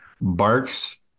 Barks